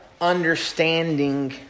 understanding